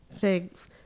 Thanks